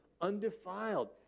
undefiled